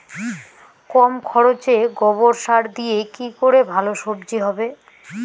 কম খরচে গোবর সার দিয়ে কি করে ভালো সবজি হবে?